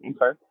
Okay